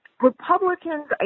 Republicans